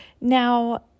Now